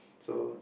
so